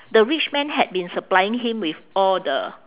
the rich man had been supplying him with all the